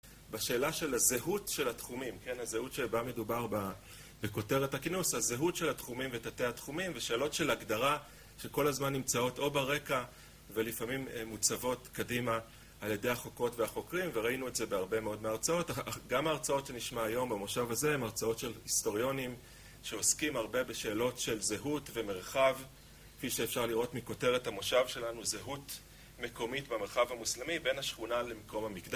בשאלה של הזהות של התחומים, כן, הזהות שבה מדובר בכותרת הכינוס, הזהות של התחומים ותתי התחומים, ושאלות של הגדרה שכל הזמן נמצאות או ברקע ולפעמים מוצבות קדימה על ידי החוקרות והחוקרים, וראינו את זה בהרבה מאוד מההרצאות, גם ההרצאות שנשמע היום במושב הזה הן הרצאות של היסטוריונים שעוסקים הרבה בשאלות של זהות ומרחב, כפי שאפשר לראות מגותרת המושב שלנו, זהות מקומית במרחב המוסלמי בין השכונה למקום המקדש